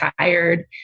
tired